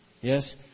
Yes